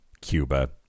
Cuba